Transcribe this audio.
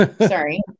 sorry